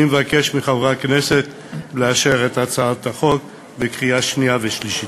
אני מבקש מחברי הכנסת לאשר את הצעת החוק בקריאה שנייה ושלישית.